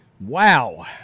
Wow